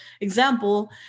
example